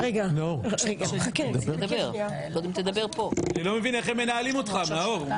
אני לא מבין איך הם מנהלים אותך, נאור.